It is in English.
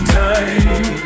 time